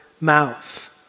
mouth